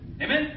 Amen